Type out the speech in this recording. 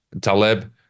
Taleb